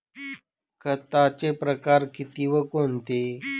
खताचे प्रकार किती व कोणते?